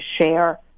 share